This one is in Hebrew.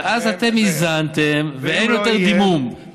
ואז אתם איזנתם ואין יותר דימום.